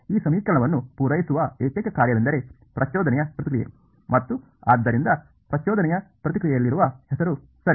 ಈ ಸಮೀಕರಣವನ್ನು ಪೂರೈಸುವ ಏಕೈಕ ಕಾರ್ಯವೆಂದರೆ ಪ್ರಚೋದನೆಯ ಪ್ರತಿಕ್ರಿಯೆ ಮತ್ತು ಆದ್ದರಿಂದ ಪ್ರಚೋದನೆಯ ಪ್ರತಿಕ್ರಿಯೆಯಲ್ಲಿರುವ ಹೆಸರು ಸರಿ